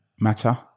matter